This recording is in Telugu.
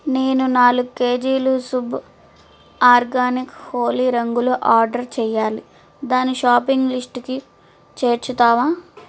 నేను నాలుగు కేజీలు శుభ్ ఆర్గానిక్ హోలీ రంగులు ఆర్డర్ చేయాలి దాన్ని షాపింగ్ లిస్టుకి చేర్చుతావా